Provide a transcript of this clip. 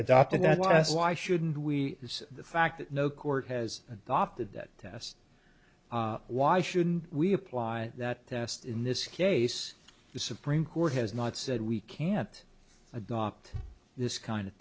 adopted that was why shouldn't we use the fact that no court has adopted that test why shouldn't we apply that test in this case the supreme court has not said we can't adopt this kind of